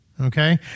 Okay